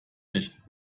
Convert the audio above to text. nicht